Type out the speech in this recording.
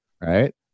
Right